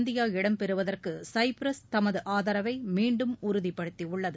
India இடம் பெறுவதற்கு Cyprus தமது ஆதரவை மீண்டும் உறுதிப்படுத்தியுள்ளது